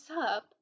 up